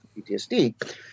PTSD